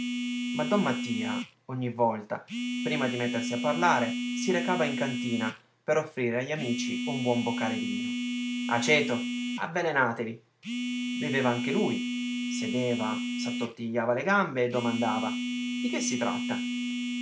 ma don mattia ogni volta prima di mettersi a parlare si recava in cantina per offrire a gli amici un buon boccale di vino aceto avvelenatevi beveva anche lui sedeva s'attortigliava le gambe e domandava di che si tratta